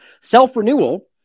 self-renewal